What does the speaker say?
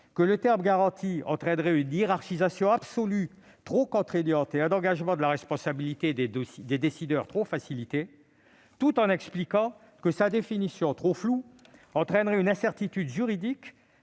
que le verbe « garantir » entraînerait une hiérarchisation absolue trop contraignante et faciliterait l'engagement de la responsabilité des décideurs, tout en expliquant que sa définition trop floue engendrerait une incertitude juridique